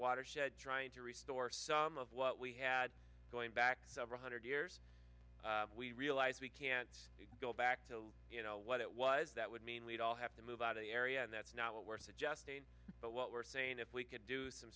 water shed trying to restore some of what we had going back several hundred years we realize we can't go back to you know what it was that would mean we'd all have to move out of the area and that's not what we're suggesting but what we're saying if we could do some